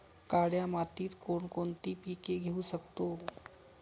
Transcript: काळ्या मातीत कोणकोणती पिके घेऊ शकतो?